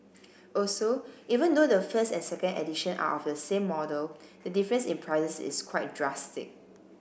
also even though the first and second edition are of the same model the difference in prices is quite drastic